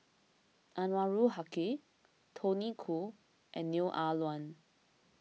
Anwarul Haque Tony Khoo and Neo Ah Luan